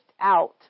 out